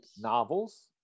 novels